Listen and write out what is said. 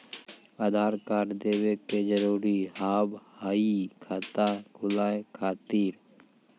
आधार कार्ड देवे के जरूरी हाव हई खाता खुलाए खातिर?